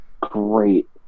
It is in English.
Great